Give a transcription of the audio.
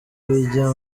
bijya